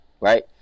right